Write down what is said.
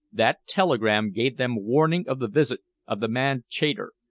that telegram gave them warning of the visit of the man chater,